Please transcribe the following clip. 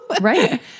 Right